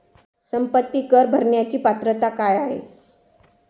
संपत्ती कर भरण्याची पात्रता काय आहे?